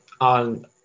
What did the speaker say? on